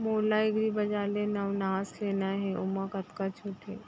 मोला एग्रीबजार ले नवनास लेना हे ओमा कतका छूट हे?